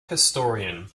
historian